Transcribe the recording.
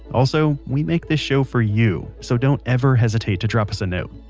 also, we make this show for you, so don't ever hesitate to drop us a note.